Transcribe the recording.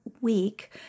week